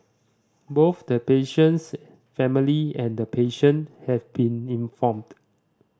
both the patient's family and the patient have been informed